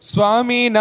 Swami